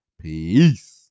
peace